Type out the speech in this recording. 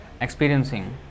experiencing